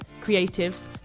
creatives